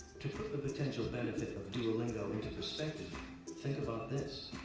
to put the potential benefits of duolingo into perspective, think about this.